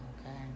Okay